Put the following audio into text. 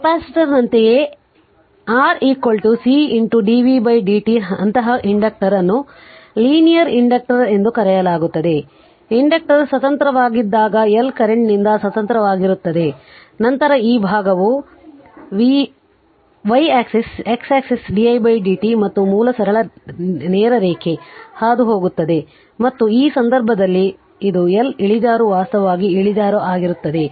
ಕೆಪಾಸಿಟರ್ನಂತೆಯೇ R C dvdt ಅಂತಹ inductor ಅನ್ನು linear inductor ಎಂದು ಕರೆಯಲಾಗುತ್ತದೆ ಇಂಡಕ್ಟರ್ ಸ್ವತಂತ್ರವಾಗಿದ್ದಾಗ L ಕರೆಂಟ್ನಿಂದ ಸ್ವತಂತ್ರವಾಗಿರುತ್ತದೆ ನಂತರ ಈ ಭಾಗವು v y axis x axis didt ಮತ್ತು ಮೂಲ ಸರಳ ನೇರ ರೇಖೆ ಹಾದುಹೋಗುತ್ತದೆ ಮತ್ತು ಈ ಸಂದರ್ಭದಲ್ಲಿ ಇದು L ಇಳಿಜಾರು ವಾಸ್ತವವಾಗಿ ಇಳಿಜಾರು ಆಗಿರುತ್ತದೆ